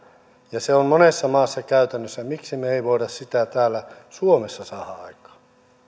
ja se on monessa maassa käytännössä miksi me emme voi sitä täällä suomessa saada aikaan